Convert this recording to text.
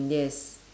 yes